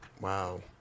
Wow